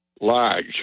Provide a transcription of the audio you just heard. large